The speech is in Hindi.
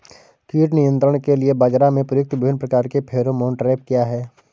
कीट नियंत्रण के लिए बाजरा में प्रयुक्त विभिन्न प्रकार के फेरोमोन ट्रैप क्या है?